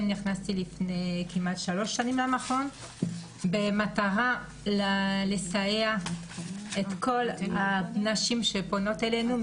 בעצם נכנסתי לפני כשלוש שנים למכון במטרה לסייע לכל הנשים שפועות אלינו,